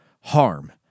harm